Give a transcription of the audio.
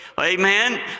Amen